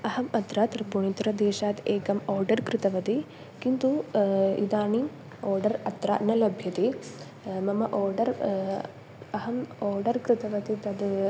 अहम् अत्र त्रिपुणितरदेशात् एकम् आर्डर् कृतवती किन्तु इदानीम् आर्डर् अत्र न लभ्यते मम ओर्डर् अहम् आर्डर् कृतवती तद्